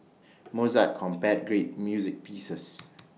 Mozart composed great music pieces